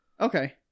Okay